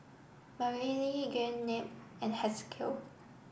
Mareli Gwyneth and Haskell